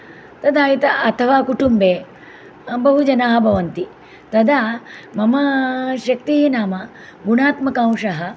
तदा एकः अथावा कुटुम्बे बहु जनाः भवन्ति तदा मम शक्तिः नाम गुणात्मक अंशः